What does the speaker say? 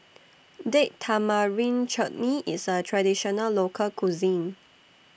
Date Tamarind Chutney IS A Traditional Local Cuisine